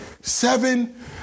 seven